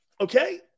Okay